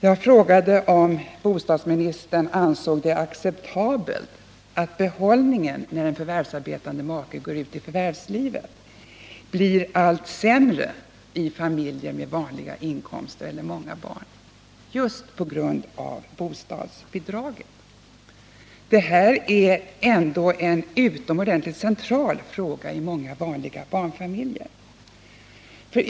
Jag frågade om bostadsministern ansåg det vara acceptabelt att behållningen när en hemarbetande make går ut i förvärvslivet blir allt sämre i familjer med vanliga inkomster eller många barn, just på grund av bostadsbidragen. Detta är ändå en utomordentligt central fråga för många vanliga barnfamiljer.